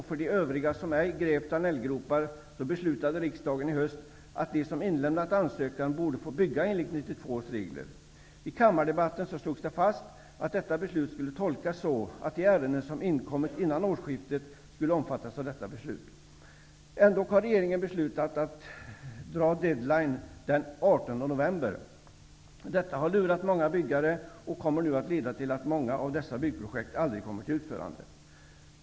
För de övriga, som ej grävt ''Danelllgropar'', beslutade riksdagen i höstas att de som inlämnat ansökan borde få bygga enligt 1992 års regler. I kammardebatten slogs det fast att beslutet skulle tolkas så, att de ärenden som inkommit innan årsskiftet skulle omfattas av detta beslut. Ändock har regeringen beslutat att dra ''deadline'' den 18 november. Detta har lurat många byggare och kommer nu att leda till att många av dessa byggprojekt aldrig kommer till utförande.